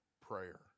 prayer